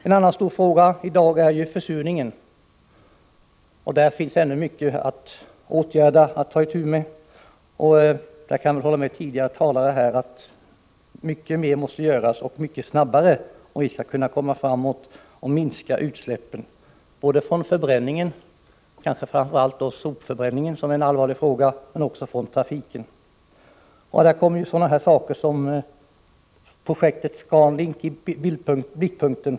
En annan stor fråga i dag gäller försurningen. I det sammanhanget finns det ännu många saker att ta itu med. Jag instämmer i vad tidigare talare här har sagt. Mycket mer måste alltså göras och arbetet måste gå mycket fortare, om vi skall kunna gå vidare i dessa frågor. Det gäller ju att minska utsläppen. Det handlar då både om utsläppen i samband med förbränningen — kanske framför allt sopförbränningen, som är en allvarlig fråga — och om utsläppen i trafiksammanhang. Sådana projekt som Scan Link-projektet kommer då i blickpunkten.